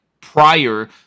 prior